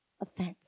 offense